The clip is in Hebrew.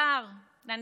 שר, לא חבר כנסת.